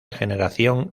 generación